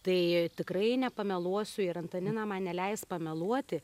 tai tikrai nepameluosiu ir antanina man neleis pameluoti